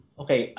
okay